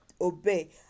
obey